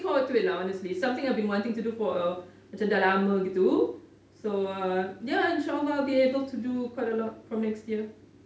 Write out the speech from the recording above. forward to it lah honestly something I've been wanting to do for a macam dah lama gitu so uh ya inshaallah I'll be able to do quite a lot from next year